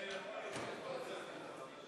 גברתי היושבת-ראש,